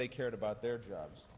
they cared about their jobs